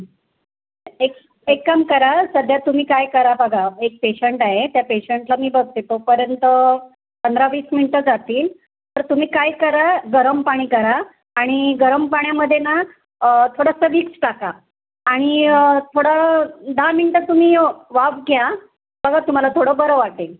एक एक काम करा सध्या तुम्ही काय करा बघा एक पेशंट आहे त्या पेशंटला मी बघते तोपर्यंत पंधरा वीस मिनटं जातील तर तुम्ही काय करा गरम पाणी करा आणि गरम पाण्यामध्ये ना थोडंसं विक्स टाका आणि थोडं दहा मिनटं तुम्ही वाफ घ्या बघा तुम्हाला थोडं बरं वाटेल